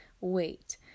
wait